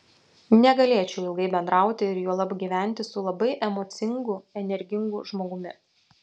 negalėčiau ilgai bendrauti ir juolab gyventi su labai emocingu energingu žmogumi